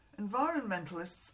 Environmentalists